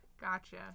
Gotcha